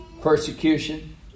persecution